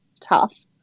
tough